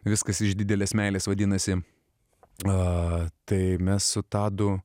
viskas iš didelės meilės vadinasi a tai mes su tadu